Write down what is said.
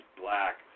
black